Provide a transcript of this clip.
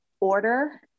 order